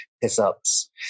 piss-ups